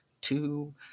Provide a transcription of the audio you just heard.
two